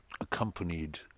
accompanied